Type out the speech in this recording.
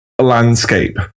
landscape